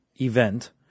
event